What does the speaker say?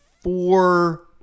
four